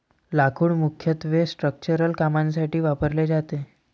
लाकूड मुख्यत्वे स्ट्रक्चरल कामांसाठी वापरले जाते